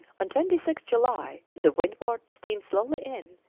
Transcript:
on twenty sixth july the windward steamed slowly in,